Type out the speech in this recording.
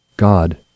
God